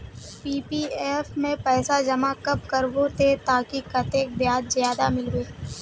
PPF में पैसा जमा कब करबो ते ताकि कतेक ब्याज ज्यादा मिलबे?